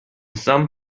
some